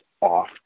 off